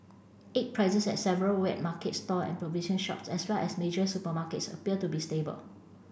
egg prices at several wet market stall and provision shops as well as major supermarkets appear to be stable